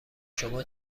شما